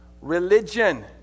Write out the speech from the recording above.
Religion